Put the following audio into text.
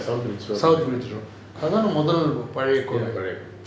south bridge road அதான் முதல் பழய கோவில்:athan muthal pazhaya kovil